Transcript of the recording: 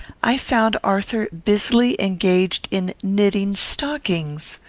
i found arthur busily engaged in knitting stockings!